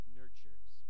nurtures